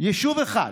יישוב אחד,